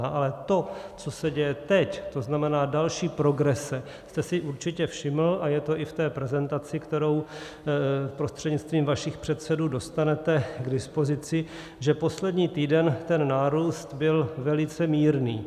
Ale to, co se děje teď, to znamená další progrese, jste si určitě všiml, a je to i v té prezentaci, kterou prostřednictvím vašich předsedů dostanete k dispozici, že poslední týden ten nárůst byl velice mírný.